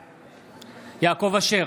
בעד יעקב אשר,